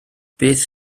beth